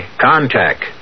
Contact